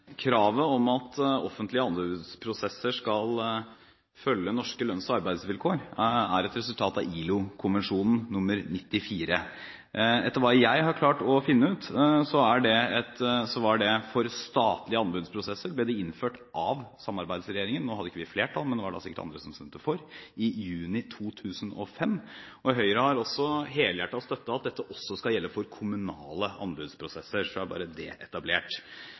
et resultat av ILO-konvensjon nr. 94. Etter hva jeg har klart å finne ut, ble det innført for statlige anbudsprosesser av Samarbeidsregjeringen – vi hadde ikke flertall, men da var det sikkert andre som stemte for – i juni 2005. Høyre har helhjertet støttet at dette også skal gjelde for kommunale anbudsprosesser. Så er det etablert.